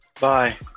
bye